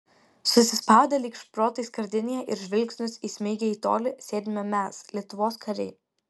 susispaudę lyg šprotai skardinėje ir žvilgsnius įsmeigę į tolį sėdime mes lietuvos kariai